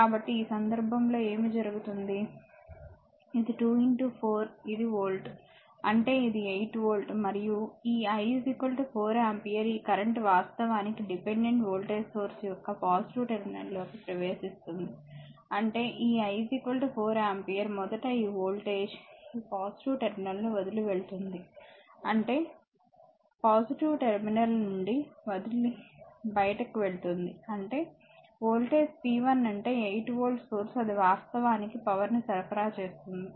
కాబట్టి ఈ సందర్భంలో ఏమి జరుగుతుంది ఇది 2 4 ఇది వోల్ట్ అంటే ఇది 8 వోల్ట్ మరియు ఈ I 4 ఆంపియర్ ఈ కరెంట్ వాస్తవానికి డిపెండెంట్ వోల్టేజ్ సోర్స్ యొక్క పాజిటివ్ టెర్మినల్ లోకి ప్రవేశిస్తుంది అంటే ఈ I 4 ఆంపియర్ మొదట ఈ వోల్టేజ్ఈ టెర్మినల్ను వదిలి వెళ్తుంది అంటే టెర్మినల్ నుండి వదిలి బయటికి వెళ్తుంది అంటే వోల్టేజ్ p1అంటే 8 వోల్ట్ సోర్స్ అది వాస్తవానికి పవర్ ని సరఫరా చేస్తుంది